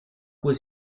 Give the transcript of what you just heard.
was